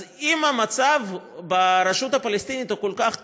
אז אם המצב ברשות הפלסטינית הוא כל כך טוב,